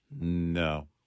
No